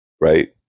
right